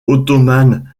ottomane